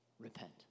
Repent